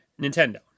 Nintendo